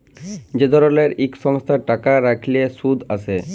যে ধরলের ইক সংস্থাতে টাকা রাইখলে সুদ আসে